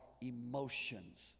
emotions